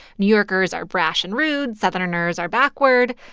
new yorkers are brash and rude, southerners are backward.